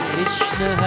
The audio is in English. Krishna